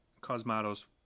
Cosmatos